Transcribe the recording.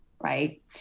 Right